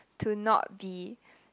to not be